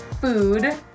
food